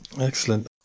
Excellent